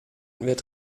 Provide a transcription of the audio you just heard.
wird